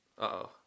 Uh-oh